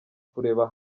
kureba